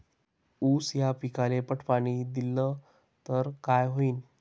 ऊस या पिकाले पट पाणी देल्ल तर काय होईन?